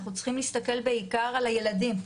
אנחנו צריכים להסתכל בעיקר על הילדים,